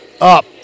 up